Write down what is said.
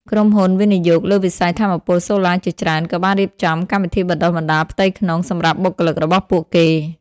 ក្រុមហ៊ុនវិនិយោគលើវិស័យថាមពលសូឡាជាច្រើន ក៏បានរៀបចំ កម្មវិធីបណ្តុះបណ្តាលផ្ទៃក្នុង សម្រាប់បុគ្គលិករបស់ពួកគេ។